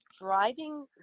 driving